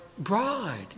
Bride